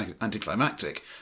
anticlimactic